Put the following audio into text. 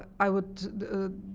i would